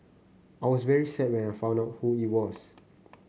I was very sad when I found out who it was